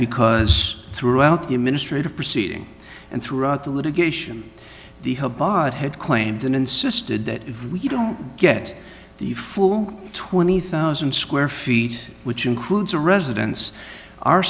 because throughout the administrative proceeding and throughout the litigation the whole bod had claimed and insisted that if we don't get the full twenty thousand square feet which includes a residence are